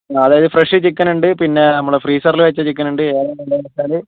അതായത് fresh chicken ഉണ്ട് പിന്നെ നമ്മളെ ഫ്രീസറിൽ വച്ച ചിക്കനുണ്ട് ഏതാണ് വേണ്ടതെന്ന് വച്ചാൽ